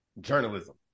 journalism